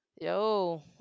yo